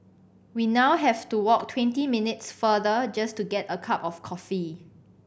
we now have to walk twenty minutes farther just to get a cup of coffee